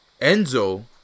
Enzo